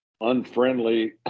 unfriendly